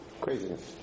craziness